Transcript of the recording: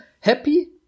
happy